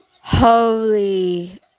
Holy